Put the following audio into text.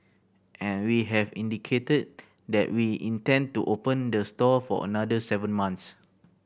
and we have indicated that we intend to open the store for another seven months